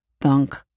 thunk